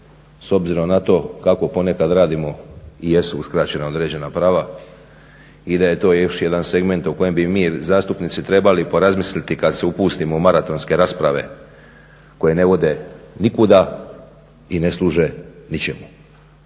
s obzirom na to kako ponekad radimo i jesu uskraćena određena prava. I da je to još jedan segment o kojem bi mi zastupnici trebali porazmisliti kada se upustimo u maratonske rasprave koje ne vode nikuda i ne služe ničemu.